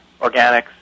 organics